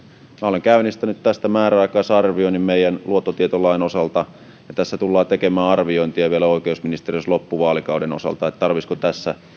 minä olen käynnistänyt tästä määräaikaisarvioinnin meidän luottotietolain osalta ja tässä tullaan tekemään arviointia vielä oikeusministeriössä loppuvaalikauden osalta että tarvitsisiko tässä